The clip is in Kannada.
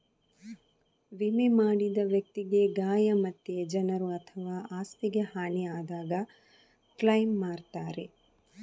ವಿಮೆ ಮಾಡಿದ ವ್ಯಕ್ತಿಗೆ ಗಾಯ ಮತ್ತೆ ಜನರು ಅಥವಾ ಆಸ್ತಿಗೆ ಹಾನಿ ಆದಾಗ ಕ್ಲೈಮ್ ಮಾಡ್ತಾರೆ